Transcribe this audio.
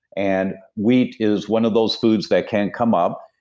and wheat is one of those foods that can come up.